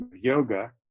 yoga